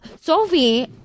sophie